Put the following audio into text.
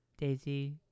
Daisy